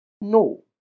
No